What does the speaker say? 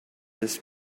this